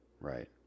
Right